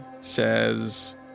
says